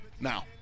Now